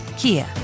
Kia